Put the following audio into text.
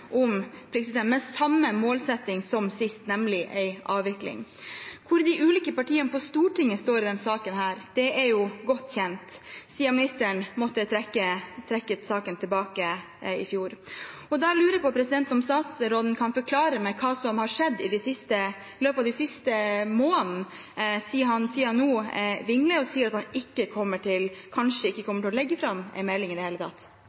med samme målsetting som sist, nemlig en avvikling. Hvor de ulike partiene på Stortinget står i denne saken, er jo godt kjent, siden ministeren måtte trekke saken tilbake i fjor. Jeg lurer på om statsråden kan forklare hva som har skjedd i løpet av den siste måneden, siden han nå vingler og sier at han kanskje ikke kommer til å legge fram en melding i det hele tatt.